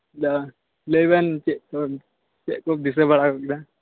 ᱞᱟᱹᱭ ᱵᱮᱱ ᱪᱮᱫ ᱠᱚ ᱪᱮᱫ ᱠᱚᱢ ᱫᱤᱥᱟᱹ ᱵᱟᱲᱟ ᱟᱹᱜᱩ ᱠᱮᱫᱟ